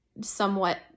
somewhat